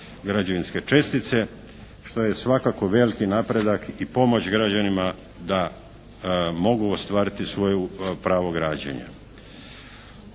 građevinske čestice što je svakako veliki napredak i pomoć građanima da mogu ostvariti svoje pravo građenja.